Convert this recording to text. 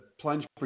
plunge